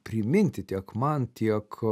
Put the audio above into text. priminti tiek man tiek